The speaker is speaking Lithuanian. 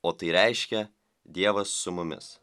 o tai reiškia dievas su mumis